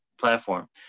platform